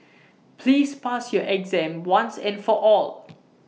please pass your exam once and for all